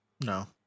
No